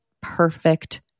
perfect